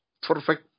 perfect